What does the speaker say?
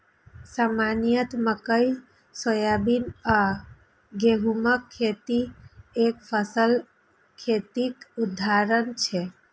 सामान्यतः मकइ, सोयाबीन आ गहूमक खेती एकफसला खेतीक उदाहरण छियै